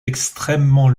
extrêmement